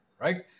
right